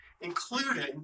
including